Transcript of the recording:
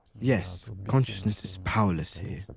yes, consciousness is powerless here.